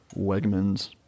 Wegmans